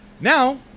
Now